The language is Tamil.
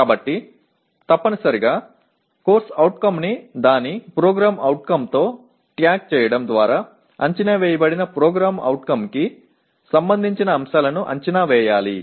எனவே அடிப்படையில் ஒரு CO ஐ அதன் PO உடன் குறிப்பது மதிப்பீட்டில் அடையாளம் காணப்பட்ட PO தொடர்பான உருப்படிகளை உள்ளடக்கியது